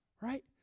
Right